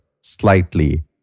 slightly